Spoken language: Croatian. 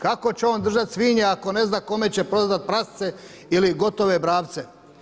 Kako će on držat svinje ako ne zna kome će prodat prasce ili gotove bravce?